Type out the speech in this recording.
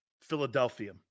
Philadelphia